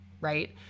right